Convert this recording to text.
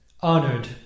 honored